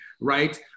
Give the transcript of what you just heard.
right